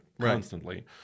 constantly